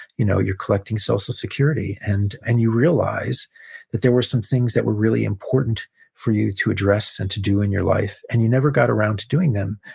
you know you're collecting social security. and and you realize that there were some things that were really important for you to address and to do in your life, and you never got around to doing them,